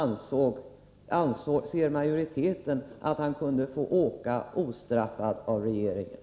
När anser majoriteten att han kunde få åka, ostraffad av regeringen?